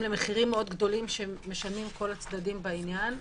למחירים גדולים שמשלמים כל הצדדים בעניין.